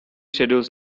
schedules